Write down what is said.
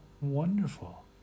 wonderful